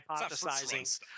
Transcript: hypothesizing